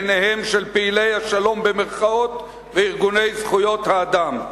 מעיניהם של "פעילי השלום" וארגוני זכויות האדם.